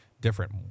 different